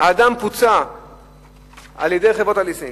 האדם פוצה על-ידי חברת הליסינג.